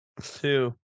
Two